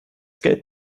geld